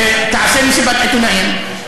תעשה מסיבת עיתונאים.